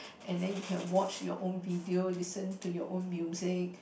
and then you can watch your own video listen to your own music